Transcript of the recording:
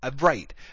Right